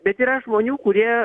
bet yra žmonių kurie